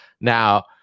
Now